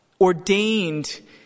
ordained